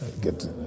get